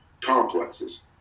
complexes